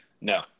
No